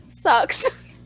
Sucks